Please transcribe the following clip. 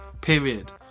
period